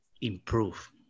improve